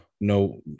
no